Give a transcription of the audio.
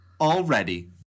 already